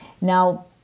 Now